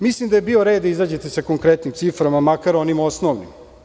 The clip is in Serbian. Mislim da je bio red da izađete sa konkretnim ciframa, makar onim osnovnim.